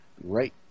right